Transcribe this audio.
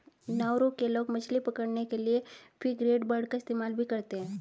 Nauru के लोग मछली पकड़ने के लिए फ्रिगेटबर्ड का इस्तेमाल भी करते हैं